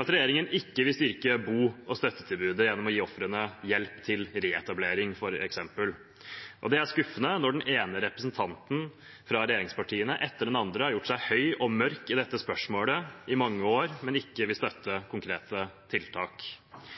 regjeringen ikke vil styrke bo- og støttetilbudet gjennom å gi ofrene hjelp til reetablering, f.eks. Det er skuffende når den ene representanten fra regjeringspartiene etter den andre har gjort seg høy og mørk i dette spørsmålet i mange år, men ikke